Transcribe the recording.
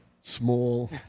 Small